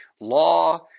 law